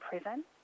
prison